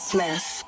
Smith